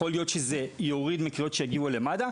יכול להיות שזה יוריד מקריאות שיגיעו למד"א,